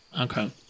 okay